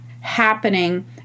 happening